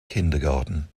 kindergarten